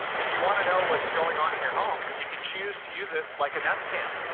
if you want to know what's going on in your home, you can choose to use it like a nest cam.